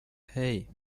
hey